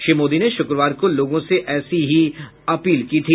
श्री मोदी ने शुक्रवार को लोगों से ऐसी ही अपील की थी